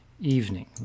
evening